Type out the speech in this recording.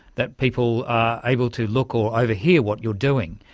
that people are able to look or overhear what you're doing.